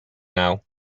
now